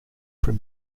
from